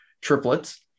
triplets